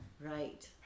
Right